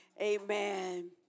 Amen